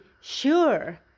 sure